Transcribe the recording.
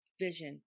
vision